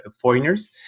foreigners